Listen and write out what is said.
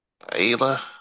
Ayla